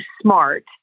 smart